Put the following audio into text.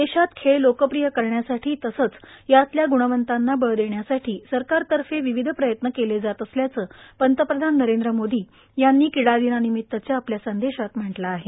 देशात खेळ लोकप्रिय करण्यासाठी तसंच यातल्या ग्णवंतांना बळ देण्यासाठी सरकारतर्फे विविध प्रयत्न केले जात असल्याचं पंतप्रधान नरेंद्र मोदी यांनी क्रीडा दिनानिमित्तच्या आपल्या संदेशात म्हटलं आहे